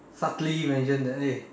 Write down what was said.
subtly mention that eh